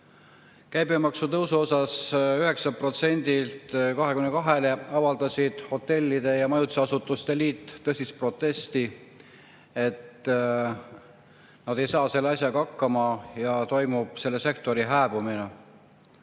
Käibemaksu tõusu pärast 9%‑lt 22%‑le avaldas hotellide ja majutusasutuste liit tõsist protesti, et nad ei saa selle asjaga hakkama ja toimub selle sektori hääbumine.